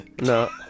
No